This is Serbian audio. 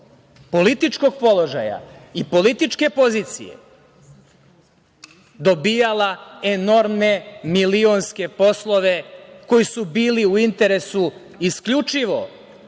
političkog položaja i političke pozicije dobijala enormne, milionske poslove, koji su bili u interesu isključivo